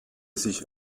sich